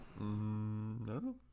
No